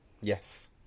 Yes